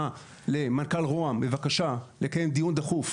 למנכ"ל רוה"מ בבקשה לקיים דיון דחוף,